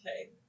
okay